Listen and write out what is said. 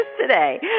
today